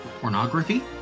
pornography